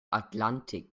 atlantik